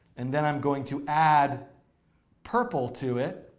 and then i'm going to add purple to it.